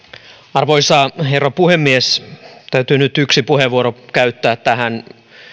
arvoisa herra puhemies täytyy nyt yksi puheenvuoro käyttää tähän